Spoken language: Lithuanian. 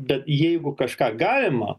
bet jeigu kažką galima